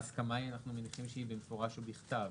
ההסכמה, אנחנו מניחים שהיא במפורש או בכתב.